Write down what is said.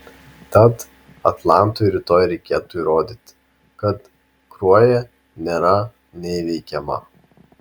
tad atlantui rytoj reikėtų įrodyti kad kruoja nėra neįveikiama